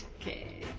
Okay